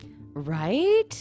right